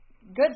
good